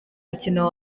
mukino